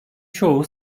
çoğu